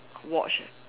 watch